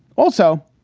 also,